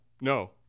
No